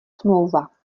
smlouva